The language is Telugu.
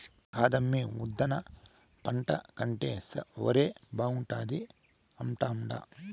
కాదమ్మీ ఉద్దాన పంట కంటే ఒరే బాగుండాది అంటాండా